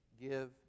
Give